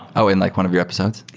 oh! in like one of your episodes?